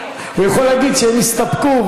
הוא יכול להגיד שהם יסתפקו,